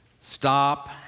stop